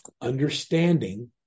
understanding